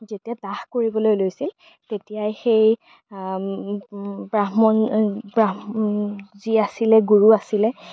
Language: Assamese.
যেতিয়া দাহ কৰিবলৈ লৈছিল তেতিয়াই সেই ব্ৰাক্ষণ ব্ৰাক্ষ যি আছিলে গুৰু আছিলে